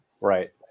Right